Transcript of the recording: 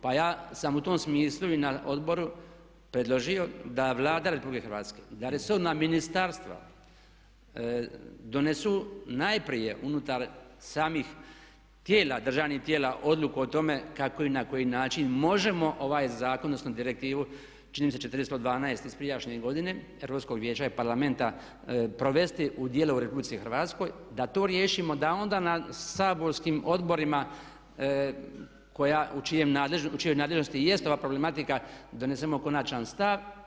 Pa ja sam u tom smislu i na Odboru predložio da Vlada RH, da resorna ministarstva donesu najprije unutar samih tijela, državnih tijela odluku o tome kako i na koji način možemo ovaj zakon, odnosno direktivu čini mi se 412 iz prijašnje godine Europskog vijeća i parlamenta provesti u djelo u Republici Hrvatskoj da to riješimo da onda na saborskim odborima u čijoj nadležnosti i jest ova problematika donesemo konačan stav.